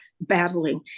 battling